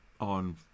on